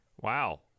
Wow